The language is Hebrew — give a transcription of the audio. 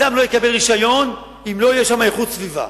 אדם לא יקבל רשיון אם לא תהיה שם איכות סביבה,